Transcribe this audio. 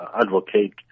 advocate